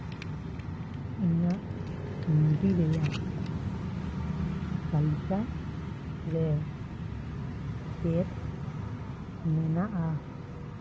ᱤᱧᱟᱹᱜ ᱢᱩᱰᱤ ᱨᱮᱭᱟᱜ ᱛᱟᱹᱞᱤᱠᱟ ᱨᱮ ᱪᱮᱫ ᱢᱮᱱᱟᱜᱼᱟ